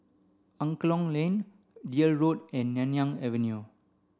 Angklong Lane Deal Road and Nanyang Avenue